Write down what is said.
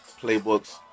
Playbooks